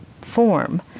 form